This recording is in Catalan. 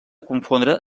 confondre